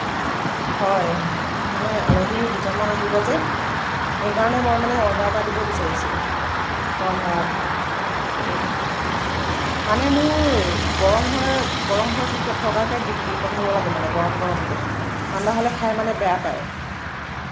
হয় মানে আলহী দুজনমান আহিব যে সেইকাৰণে মই মানে অৰ্ডাৰ এটা দিব বিচাৰিছোঁ হয় হয় এই মানে মোৰ গৰম হৈ গৰম হৈ থকা থকাকে দি দি পঠাব লাগে মানে গৰম গৰমকে ঠাণ্ডা হ'লে খাই মানে বেয়া পায়